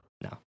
no